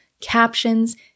captions